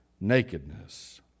nakedness